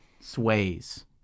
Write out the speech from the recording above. sways